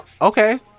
okay